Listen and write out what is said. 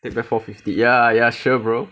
take back four fifty ya ya sure bro